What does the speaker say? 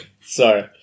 Sorry